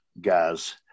guys